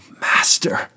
master